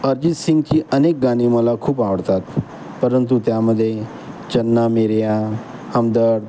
अरजीत सिंगची अनेक गाणी मला खूप आवडतात परंतु त्यामध्ये चन्ना मेरेया हमदर्द